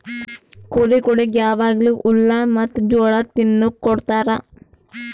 ಕುರಿಗೊಳಿಗ್ ಯಾವಾಗ್ಲೂ ಹುಲ್ಲ ಮತ್ತ್ ಜೋಳ ತಿನುಕ್ ಕೊಡ್ತಾರ